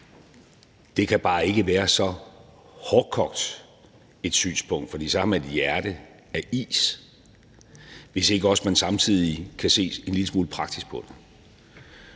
Det kan bare ikke være så hårdkogt et synspunkt – for så har man et hjerte af is – at man ikke også samtidig kan se en lille smule praktisk på det.